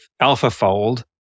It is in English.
AlphaFold